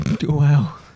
Wow